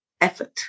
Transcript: effort